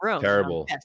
terrible